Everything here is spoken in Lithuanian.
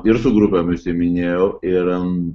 ir su grupėm užsiiminėjau ir